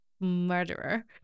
murderer